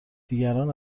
دیگران